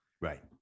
Right